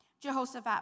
Jehoshaphat